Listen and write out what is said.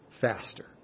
faster